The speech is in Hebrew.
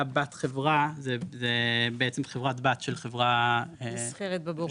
בת-חברה זה בעצם חברת בת של חברה ציבורית.